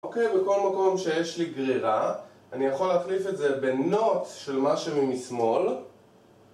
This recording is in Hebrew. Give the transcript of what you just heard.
אוקי, בכל מקום שיש לי גרירה, אני יכול להחליף את זה בנוט של משהו ממשמאל